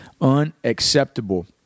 Unacceptable